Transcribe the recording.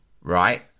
right